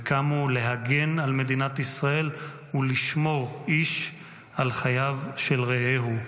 וקמו להגן על מדינת ישראל ולשמור איש על חייו של רעהו,